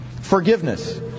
forgiveness